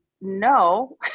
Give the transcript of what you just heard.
no